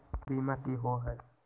बीमा की होअ हई?